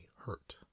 hurt